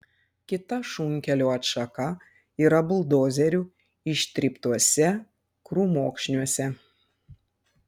kita šunkelio atšaka yra buldozerių ištryptuose krūmokšniuose